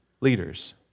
leaders